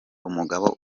umugabo